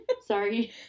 sorry